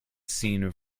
seen